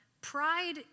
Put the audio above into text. pride